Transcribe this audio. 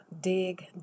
dig